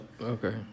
Okay